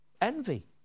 Envy